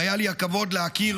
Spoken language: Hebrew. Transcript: והיה לי הכבוד להכיר,